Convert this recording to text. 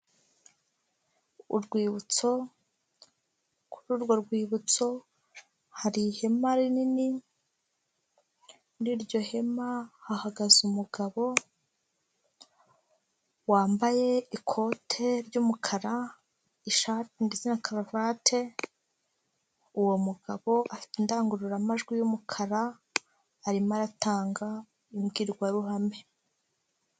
Urwibutso, kuri urwo rwibutso hari ihema rinini, muri iryo hema hahagaze umugabo wambaye ikote ry'umukara, ishati ndetse na karuvate, uwo mugabo afite indangururamajwi y'umukara arimo aratanga imbwirwaruhame.